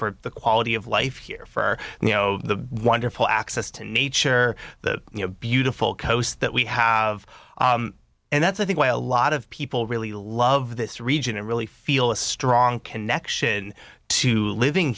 for the quality of life here for you know the wonderful access to nature that you know beautiful coast that we have and that's i think why a lot of people really love this region and really feel a strong connection to living